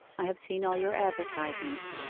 i have seen all your advertisements.